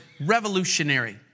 revolutionary